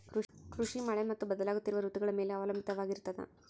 ಕೃಷಿ ಮಳೆ ಮತ್ತು ಬದಲಾಗುತ್ತಿರುವ ಋತುಗಳ ಮೇಲೆ ಅವಲಂಬಿತವಾಗಿರತದ